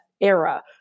era